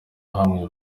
hamwe